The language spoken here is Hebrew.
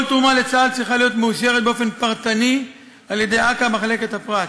כל תרומה לצה"ל צריכה להיות מאושרת באופן פרטני על-ידי אכ"א מחלקת הפרט.